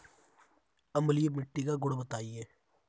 अम्लीय मिट्टी का गुण बताइये